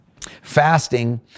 fasting